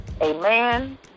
Amen